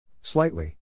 Slightly